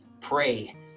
pray